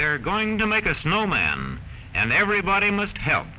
they're going to make a snowman and everybody must help